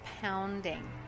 pounding